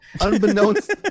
Unbeknownst